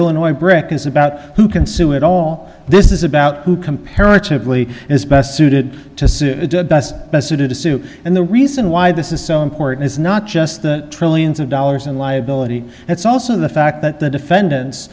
brick is about who can sue at all this is about who comparatively is best suited to sue besuited to sue and the reason why this is so important is not just the trillions of dollars in liability it's also the fact that the defendant